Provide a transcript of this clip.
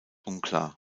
unklar